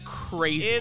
crazy